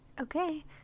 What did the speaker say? okay